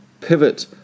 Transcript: pivot